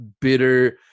bitter